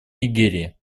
нигерии